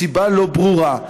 מסיבה לא ברורה,